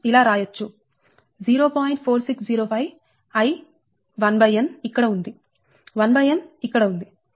4605 I 1n ఇక్కడ ఉంది 1m ఇక్కడ ఉంది